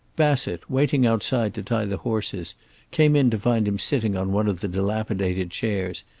bassett waiting outside to tie the horses came in to find him sitting on one of the dilapidated chairs,